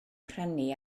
prynu